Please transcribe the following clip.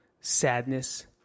sadness